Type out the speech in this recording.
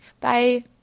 Bye